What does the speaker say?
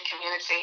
community